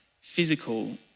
physical